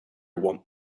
want